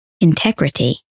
integrity